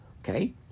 Okay